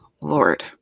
Lord